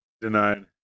denied